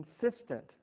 consistent